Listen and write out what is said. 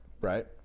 right